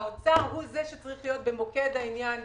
האוצר הוא זה שצריך להיות במוקד העניין,